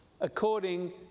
according